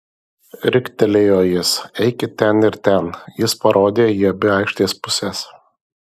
riktelėjo jis eikit ten ir ten jis parodė į abi aikštės puses